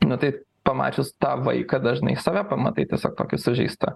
na tai pamačius tą vaiką dažnai save pamatai tiesiog tokį sužeistą